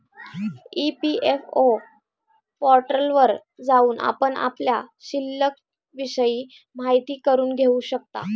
EPFO पोर्टलवर जाऊन आपण आपल्या शिल्लिकविषयी माहिती करून घेऊ शकता